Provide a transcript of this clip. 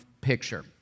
picture